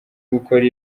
gukora